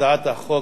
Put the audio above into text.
הצעת חוק